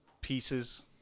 pieces